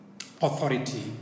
authority